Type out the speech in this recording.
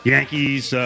Yankees